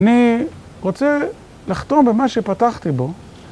אני רוצה לחתום במה שפתחתי בו.